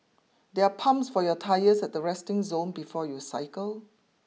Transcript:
there are pumps for your tyres at the resting zone before you cycle